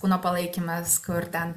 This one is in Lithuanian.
kūno palaikymas kur ten